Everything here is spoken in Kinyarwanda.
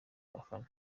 abafana